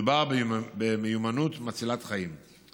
מדובר במיומנות מצילת חיים.